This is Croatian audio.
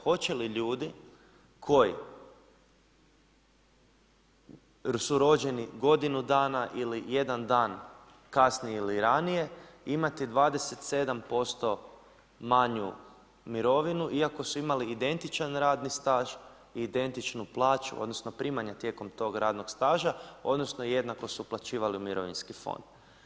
Hoće li ljudi koji su rođeni godinu dana ili jedan dan kasnije ili ranije imati 27% manju mirovinu iako su imali identičan radni staž i identičnu plaću odnosno primanja tijekom tog radnog staža odnosno jednako su uplaćivali u mirovinski fond.